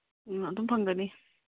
ꯎꯝ ꯑꯗꯨꯝ ꯐꯪꯒꯅꯤ